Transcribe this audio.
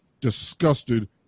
disgusted